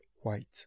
white